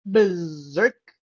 Berserk